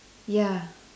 ya